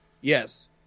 Yes